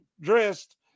dressed